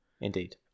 Indeed